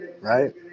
Right